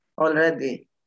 already